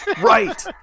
Right